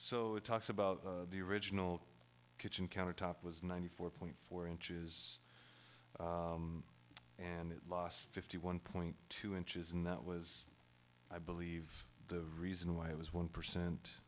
so it talks about the original kitchen countertop was ninety four point four inches and it lost fifty one point two inches and that was i believe the reason why it was one percent